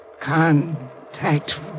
Contact